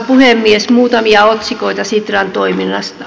muutamia otsikoita sitran toiminnasta